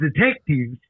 detectives